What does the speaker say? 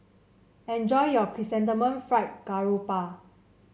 enjoy your Chrysanthemum Fried Garoupa